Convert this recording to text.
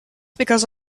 because